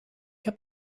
heb